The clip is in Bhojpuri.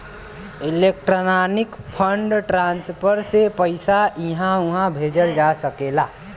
इलेक्ट्रॉनिक फंड ट्रांसफर से पइसा इहां उहां भेजल जा सकला